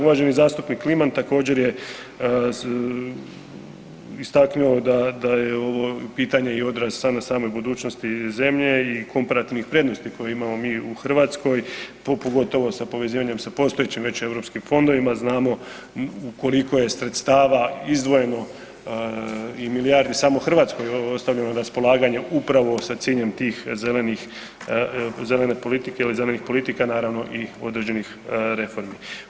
Uvaženi zastupnik Kliman također je istaknuo da je ovo pitanje i odraz sada same budućnosti zemlje i komparativnih prednosti koje imamo mi u Hrvatskoj, pogotovo sa povezivanjem, sa postojećim već europskim fondovima, znamo koliko je sredstava izdvojeno i milijardi samo Hrvatskoj ostavljeno na raspolaganje upravo sa ciljem te zelene politike ili zelenih politika, naravno i određenih reformi.